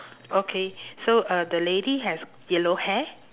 okay so uh the lady has yellow hair